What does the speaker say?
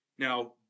Now